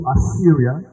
Assyria